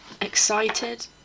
excited